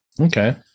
Okay